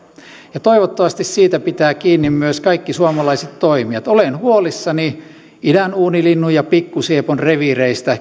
ja toivottavasti niistä pitävät kiinni myös kaikki suomalaiset toimijat olen huolissani idänuunilinnun ja pikkusiepon keskuspuiston reviireistä